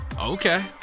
Okay